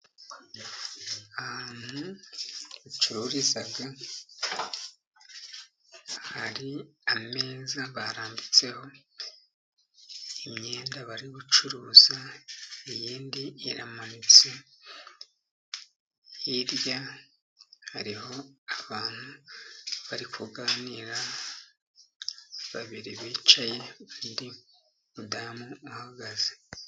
Ahantu bacururiza hari ameza barambitseho imyenda bari gucuruza, iyindi iramanitse. Hirya hariho abantu bari kuganira babiri bicaye, undi mudamu uhagaze.